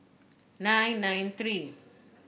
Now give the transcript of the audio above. nine nine three